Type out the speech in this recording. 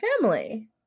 family